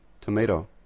tomato